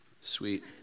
Sweet